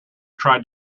tried